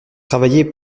travailler